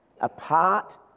Apart